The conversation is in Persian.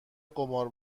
قمار